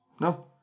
No